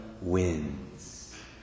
wins